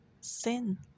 sin